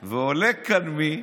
וזה הקמת בית יהודי,